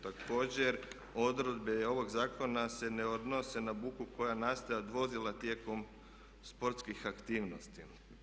Također odredbe ovog zakona se ne odnose na buku koja nastaje od vozila tijekom sportskih aktivnosti.